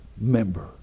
member